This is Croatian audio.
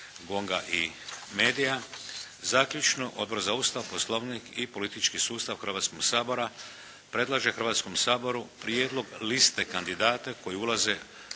Hrvatskog sabora predlaže Hrvatskom saboru prijedlog liste kandidata koji ulaze u